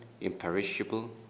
imperishable